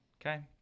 Okay